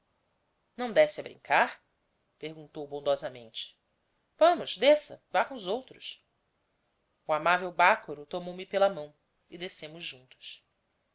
não desce a brincar perguntou bondosamente vamos desça vá com os outros o amável bácoro tomou-me pela mão e descemos juntos